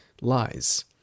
lies